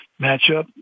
matchup